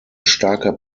starker